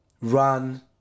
run